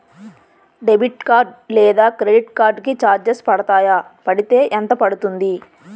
Debit card లేదా credit card కి charges పడతాయా? పడితే ఎంత పడుతుంది?